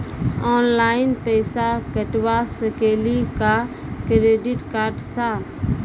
Online पैसा कटवा सकेली का क्रेडिट कार्ड सा?